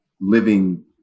living